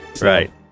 Right